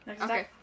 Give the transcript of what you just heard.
Okay